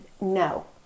no